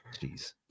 Jeez